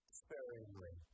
sparingly